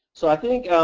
so i think,